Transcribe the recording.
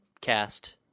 cast